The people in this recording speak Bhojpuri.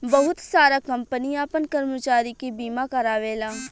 बहुत सारा कंपनी आपन कर्मचारी के बीमा कारावेला